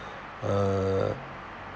uh